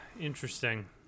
Interesting